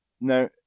Now